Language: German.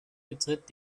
betritt